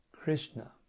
Krishna